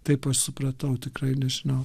taip aš supratau tikrai nežinau